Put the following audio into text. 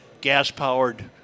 gas-powered